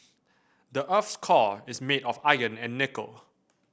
the earth's core is made of iron and nickel